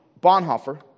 Bonhoeffer